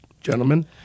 gentlemen